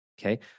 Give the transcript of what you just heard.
Okay